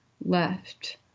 left